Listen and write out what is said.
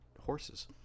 horses